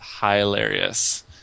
hilarious